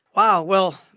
wow. well,